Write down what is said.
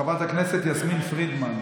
חבר הכנסת אריאל קלנר,